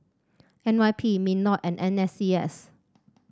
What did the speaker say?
N Y P Minlaw and N S C S